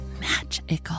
magical